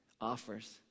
offers